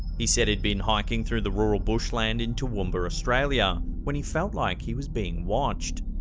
he said he'd been hiking through the rural bushland in toowoomba, australia, when he felt like he was being watched.